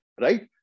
right